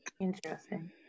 Interesting